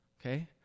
Okay